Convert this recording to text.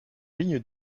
ligne